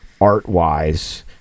art-wise